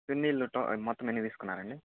చున్నీలతో మొత్తం ఎన్ని తీసుకున్నారు అండి